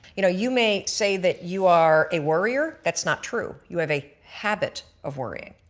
you know you may say that you are a worrier that's not true you have a habit of worrying.